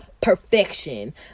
perfection